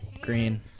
green